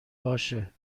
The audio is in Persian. باشه